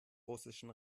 russischen